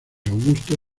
augusto